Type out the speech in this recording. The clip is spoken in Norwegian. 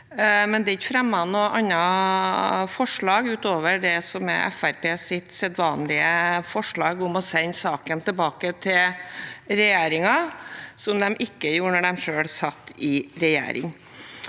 men det er ikke fremmet noe annet forslag utover det som er Fremskrittspartiets sedvanlige forslag, om å sende saken tilbake til regjeringen, noe de ikke gjorde da de selv satt i regjering.